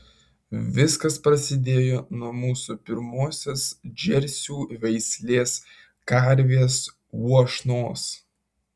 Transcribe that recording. viskas prasidėjo nuo mūsų pirmosios džersių veislės karvės uošnos